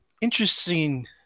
interesting